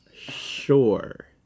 Sure